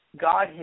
God